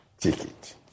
ticket